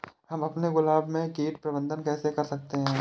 हम अपने गुलाब में कीट प्रबंधन कैसे कर सकते है?